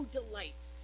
delights